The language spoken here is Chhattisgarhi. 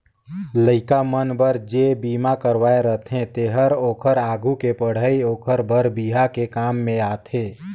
लइका मन बर जे बिमा करवाये रथें तेहर ओखर आघु के पढ़ई ओखर बर बिहा के काम में आथे